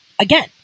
again